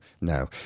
No